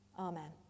Amen